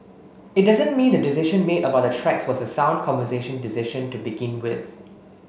it doesn't mean the decision made about the tracks was a sound conversation decision to begin with